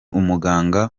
umuganga